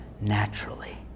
naturally